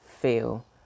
feel